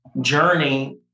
journey